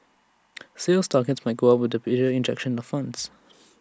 sales targets might go up with the bigger injection of funds